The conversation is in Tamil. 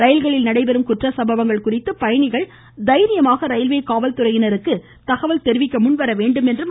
ரயில்களில் நடைபெறும் குற்ற சம்பவங்கள் குறித்து பயணிகள் தைரியமாக ரயில்வே காவல்துறையினருக்கு தகவல் தெரிவிக்க முன்வரவேண்டும் என்று கேட்டுக்கொண்டார்